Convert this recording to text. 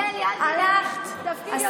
יהיה לי, אל תדאגי, תפקיד יותר בכיר ממה שהיה לך.